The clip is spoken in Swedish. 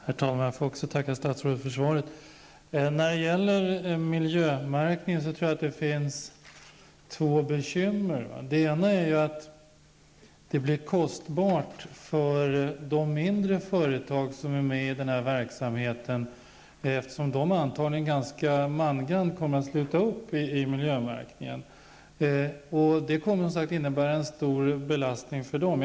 Herr talman! Även jag får tacka statsrådet för svaret. När det gäller miljömärkning tror jag att det finns två bekymmer. Det ena är att det blir kostsamt för de mindre företag som är med i denna verksamhet, eftersom de antagligen ganska mangrant kommer att sluta upp i miljömärkningen. Det kommer att innebära en stor belastning på dem.